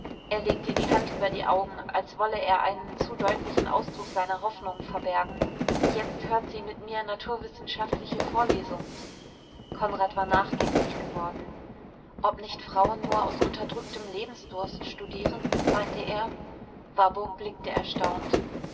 er legte die hand über die augen als wolle er einen zu deutlichen ausdruck seiner hoffnungen verbergen jetzt hört sie mit mir naturwissenschaftliche vorlesungen konrad war nachdenklich geworden ob nicht frauen nur aus unterdrücktem lebensdurst studieren meinte er warburg blickte erstaunt